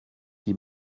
qui